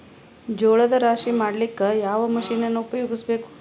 ಜೋಳದ ರಾಶಿ ಮಾಡ್ಲಿಕ್ಕ ಯಾವ ಮಷೀನನ್ನು ಉಪಯೋಗಿಸಬೇಕು?